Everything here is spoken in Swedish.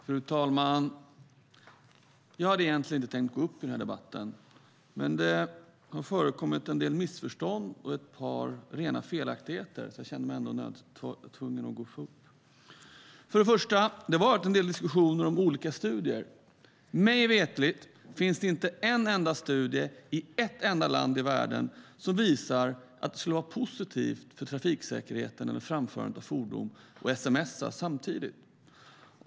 Fru talman! Jag hade egentligen inte tänkt gå upp i den här debatten, men det har förekommit en del missförstånd och ett par rena felaktigheter. Därför kände jag mig tvungen att gå upp. För det första har det varit en del diskussioner om olika studier. Mig veterligt finns det inte en enda studie i ett enda land i världen som visar att det skulle vara positivt för trafiksäkerheten eller framförandet av fordon att sms:a samtidigt.